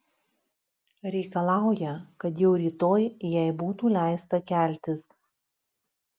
reikalauja kad jau rytoj jai būtų leista keltis